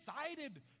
excited